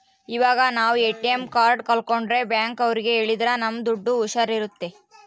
ಇವಾಗ ನಾವ್ ATM card ಕಲ್ಕೊಂಡ್ರೆ ಬ್ಯಾಂಕ್ ಅವ್ರಿಗೆ ಹೇಳಿದ್ರ ನಮ್ ದುಡ್ಡು ಹುಷಾರ್ ಇರುತ್ತೆ